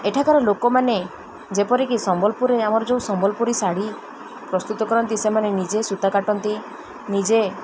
ଏଠାକାର ଲୋକମାନେ ଯେପରିକି ସମ୍ବଲପୁରରେ ଆମର ଯେଉଁ ସମ୍ବଲପୁରୀ ଶାଢ଼ୀ ପ୍ରସ୍ତୁତ କରନ୍ତି ସେମାନେ ନିଜେ ସୂତା କାଟନ୍ତି ନିଜେ